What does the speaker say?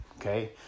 okay